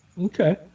Okay